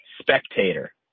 spectator